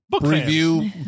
review